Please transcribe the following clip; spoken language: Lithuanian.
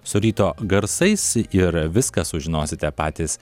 su ryto garsais ir viską sužinosite patys